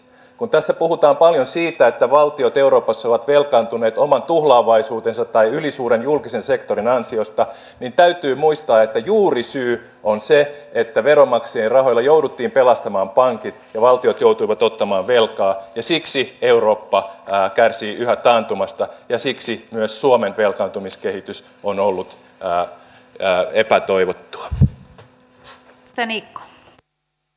kun tässä puhutaan paljon siitä että valtiot euroopassa ovat velkaantuneet oman tuhlaavaisuutensa tai ylisuuren julkisen sektorin ansiosta niin täytyy muistaa että juurisyy on se että veronmaksajien rahoilla jouduttiin pelastamaan pankit ja valtiot joutuivat ottamaan velkaa ja siksi eurooppa kärsii yhä taantumasta ja siksi myös suomen velkaantumiskehitys on ollut epätoivottua